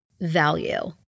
value